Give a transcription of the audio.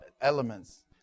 elements